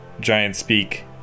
giant-speak